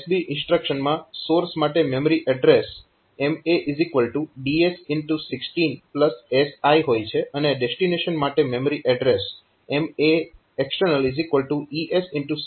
MOVSB ઇન્સ્ટ્રક્શનમાં source માટે memory address MA x 1610 SI હોય છે અને ડેસ્ટીનેશન માટે મેમરી એડ્રેસ MAE x 1610 હોય છે